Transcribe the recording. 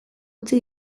utzi